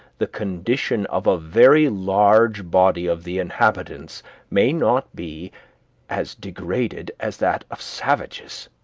the condition of a very large body of the inhabitants may not be as degraded as that of savages.